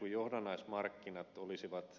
kiljunen totesi